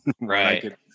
right